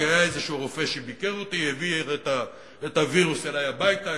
כי היה איזה רופא שביקר אותי והעביר את הווירוס אלי הביתה.